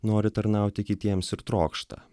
nori tarnauti kitiems ir trokšta